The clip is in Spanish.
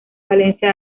valencia